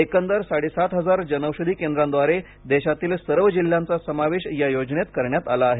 एकंदर साडे सात हजार जनौषधी केंद्रांद्वारे देशातील सर्व जिल्ह्यांचा समावेश या योजनेत करण्यात आला आहे